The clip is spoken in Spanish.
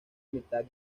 mitad